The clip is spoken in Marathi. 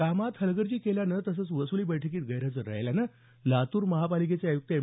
कामात हलगर्जीपणा केल्यानं तसंच वसुली बैठकीत गैरहजर राहिल्यानं लातूर महानगरपालिकेचे आयुक्त एम